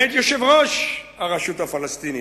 על-ידי יושב-ראש הרשות הפלסטינית,